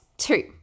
two